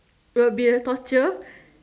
will be a torture